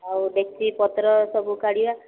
ଆଉ ଡେକ୍ଚିପତ୍ର ସବୁ କାଢ଼ିବା